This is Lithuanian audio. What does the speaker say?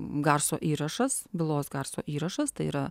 garso įrašas bylos garso įrašas tai yra